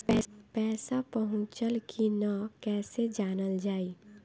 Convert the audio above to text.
पैसा पहुचल की न कैसे जानल जाइ?